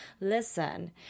listen